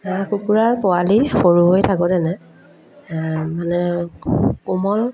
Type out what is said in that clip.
হাঁহ কুকুৰাৰ পোৱালি সৰু হৈ থাকোঁতেনে মানে কোমল